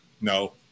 No